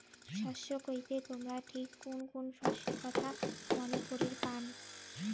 শস্য কইতে তোমরা ঠিক কুন কুন শস্যের কথা মনে করির পান?